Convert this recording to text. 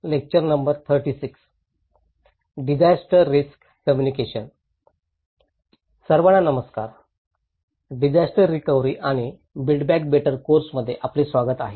disaster recovery आणि build back better course मध्ये आपले स्वागत आहे